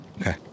Okay